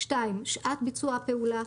שעת ביצוע הפעולה,